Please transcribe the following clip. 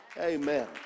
Amen